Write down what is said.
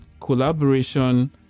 collaboration